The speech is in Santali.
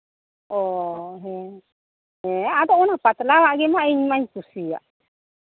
ᱚᱻ ᱦᱮᱸ ᱦᱮᱸ ᱟᱫᱚ ᱚᱱᱟ ᱯᱟᱛᱞᱟᱣᱟᱜ ᱜᱮᱢᱟ ᱤᱧ ᱢᱟᱧ ᱠᱩᱥᱤᱭᱟᱜ